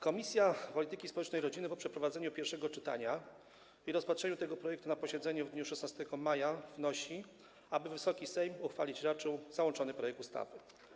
Komisja Polityki Społecznej i Rodziny po przeprowadzeniu pierwszego czytania i rozpatrzeniu tego projektu na posiedzeniu w dniu 16 maja wnosi, aby Wysoki Sejm uchwalić raczył załączony projekt ustawy.